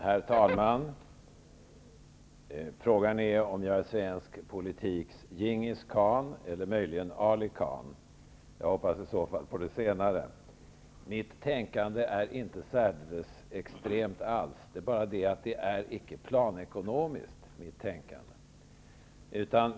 Herr talman! Frågan är om jag är svensk politiks Djingis khan eller möjligen Ali khan. Jag hoppas i så fall på det senare. Mitt tänkande är inte alls särdeles extremt, det är bara det att det inte är planekonomiskt.